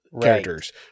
characters